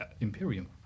Imperium